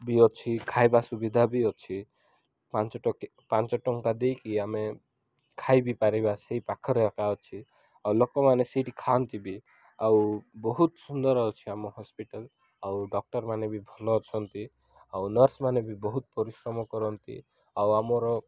ବି ଅଛି ଖାଇବା ସୁବିଧା ବି ଅଛି ପାଞ୍ଚ ଟଙ୍କିଆ ପାଞ୍ଚ ଟଙ୍କା ଦେଇକି ଆମେ ଖାଇବି ପାରିବା ସେହି ପାଖରେ ଏକା ଅଛି ଆଉ ଲୋକମାନେ ସେଇଠି ଖାଆନ୍ତି ବି ଆଉ ବହୁତ ସୁନ୍ଦର ଅଛି ଆମ ହସ୍ପିଟାଲ୍ ଆଉ ଡକ୍ଟର୍ମାନେ ବି ଭଲ ଅଛନ୍ତି ଆଉ ନର୍ସ୍ମାନେ ବି ବହୁତ ପରିଶ୍ରମ କରନ୍ତି ଆଉ ଆମର